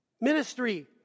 Ministry